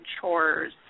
chores